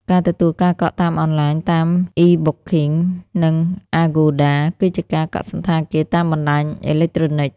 ការទទួលការកក់តាមអនឡាញតាម អុី បុកឃីង និងអាហ្គូដា គឺជាការកក់សណ្ឋាគារតាមបណ្ដាញអេឡិចត្រូនិច។